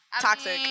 toxic